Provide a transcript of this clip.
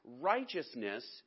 Righteousness